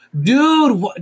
Dude